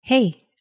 Hey